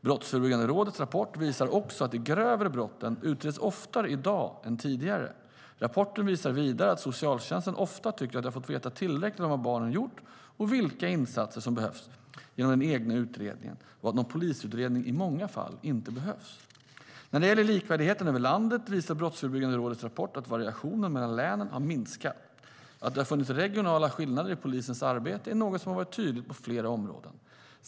Brottsförebyggande rådets rapport visar också att de grövre brotten utreds oftare i dag än tidigare. Rapporten visar vidare att socialtjänsten ofta tycker att de har fått veta tillräckligt om vad barnet gjort och vilka insatser som behövs genom den egna utredningen och att någon polisutredning i många fall inte behövs. När det gäller likvärdigheten över landet visar Brottsförebyggande rådets rapport att variationen mellan länen har minskat. Att det har funnits regionala skillnader i polisens arbete är något som har varit tydligt på flera områden.